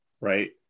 right